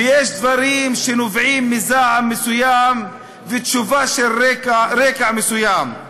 ויש דברים שנובעים מזעם מסוים ותשובה של רקע מסוים.